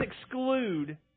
exclude